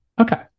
Okay